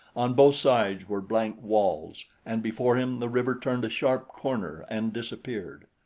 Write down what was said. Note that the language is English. on both sides were blank walls and before him the river turned a sharp corner and disappeared.